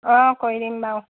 অঁ কৰি দিম বাৰু